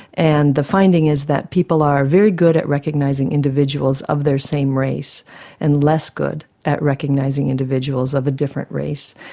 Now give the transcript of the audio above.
and the finding is that people are very good at recognising individuals of their same race and less good at recognising individuals of a different race.